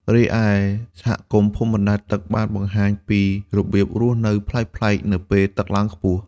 រីឯសហគមន៍ភូមិបណ្តែតទឹកបានបង្ហាញពីរបៀបរស់នៅប្លែកៗនៅពេលទឹកឡើងខ្ពស់។